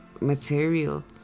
material